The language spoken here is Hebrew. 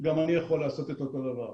גם אני יכול לעשות את אותו דבר,